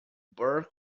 berg